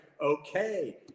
okay